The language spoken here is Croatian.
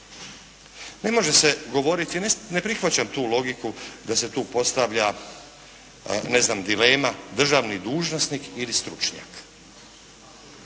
Ne može se govoriti, ne prihvaćam tu logiku da se tu postavlja ne znam dilema državni dužnosnik ili stručnjak,